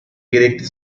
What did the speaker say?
gerekli